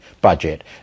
budget